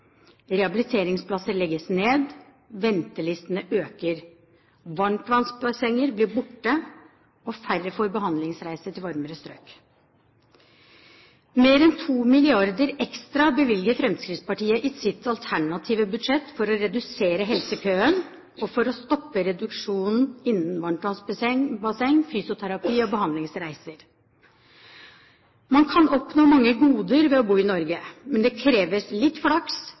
Rehabiliteringsplasser legges ned, ventelistene øker. Varmtvannsbasseng blir borte, og færre får behandlingsreiser til varmere strøk. Mer enn 2 mrd. kr ekstra bevilger Fremskrittspartiet i sitt alternative budsjett for å redusere helsekøen og for å stoppe reduksjonen innen varmtvannsbasseng, fysioterapi og behandlingsreiser. Man kan oppnå mange goder ved å bo i Norge, men det krever litt flaks,